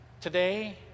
Today